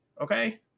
Okay